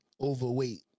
Overweight